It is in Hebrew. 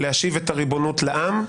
להשיב את הריבונות לעם,